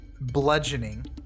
bludgeoning